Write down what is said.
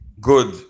good